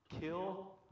kill